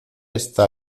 esta